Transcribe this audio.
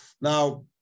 Now